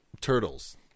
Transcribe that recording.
Turtles